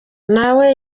nawe